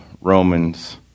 Romans